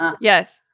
Yes